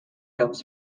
films